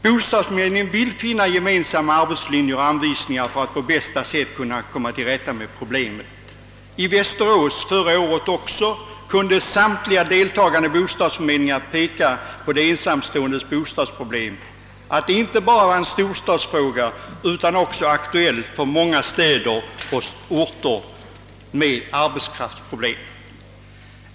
Bostadsförmedlingarna vill söka finna gemensamma arbetslinjer och anvisningar för att på bästa sätt komma till rätta med problemet. Vid en konferens i Västerås förra året kunde samtliga deltagande bostadsförmedlingar peka på att de ensamståendes bostadsproblem inte bara var en storstadsfråga utan att problemet också var aktuellt för många andra städer och orter med arbetskraftsproblem.